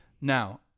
Now